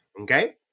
okay